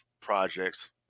projects